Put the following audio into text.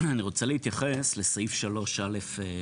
אני רוצה להתייחס לסעיף 3(א)(6),